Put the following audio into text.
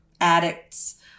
addicts